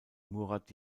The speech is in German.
murat